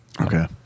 Okay